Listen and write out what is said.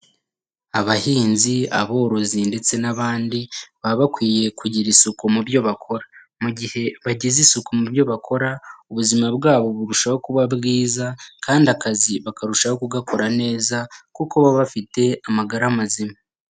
Abahinzi, aborozi ndetse n'abandi baba bakwiye kugira isuku mu byo bakora. Mu gihe bagize isuku mu byo bakora, ubuzima bwabo burushako kuba bwiza kandi akazi bakarushaho kugakora neza kuko baba bafite amagara mazima.